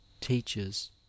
teachers